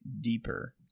deeper